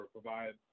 provide